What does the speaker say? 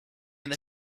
that